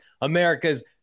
America's